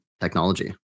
technology